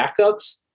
backups